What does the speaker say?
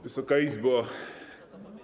Wysoka Izbo!